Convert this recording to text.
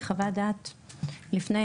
היא חוות דעת לפני,